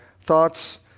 thoughts